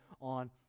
on